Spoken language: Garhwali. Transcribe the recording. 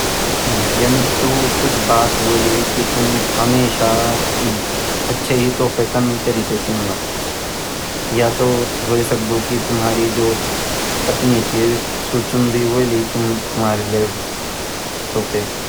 यन ता क्वे बात वाली कि तुम हमेशा ही अच्छा तोफा कन के चूणदा या तो वे सकदु ची तुम्हारी जो पत्नी ची सु चूणदी वोलि तुम्हारे लिए तोफे।